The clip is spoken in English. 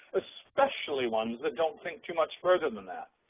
especially ones that don't think too much further than that.